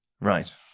Right